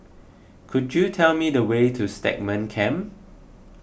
could you tell me the way to Stagmont Camp